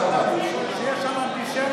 שיש שם אנטישמים